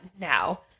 Now